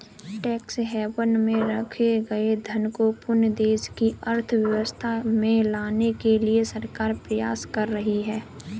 tax haven में रखे गए धन को पुनः देश की अर्थव्यवस्था में लाने के लिए सरकार प्रयास कर रही है